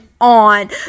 on